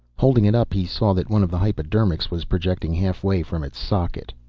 holding it up he saw that one of the hypodermics was projecting halfway from its socket.